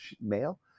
male